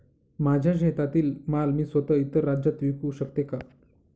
माझ्या शेतातील माल मी स्वत: इतर राज्यात विकू शकते का?